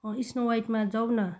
अँ स्नो वाइटमा जाऊ न